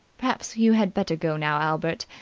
perhaps you had better go now, albert.